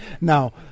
Now